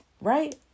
right